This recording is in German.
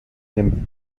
dem